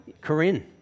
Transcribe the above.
Corinne